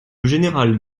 général